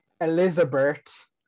Elizabeth